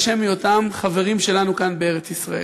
שום היותם חברים שלנו כאן בארץ-ישראל.